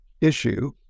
issue